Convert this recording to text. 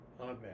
amen